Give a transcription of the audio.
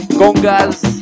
congas